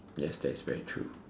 yes that's very true